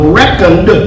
reckoned